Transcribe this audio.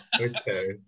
okay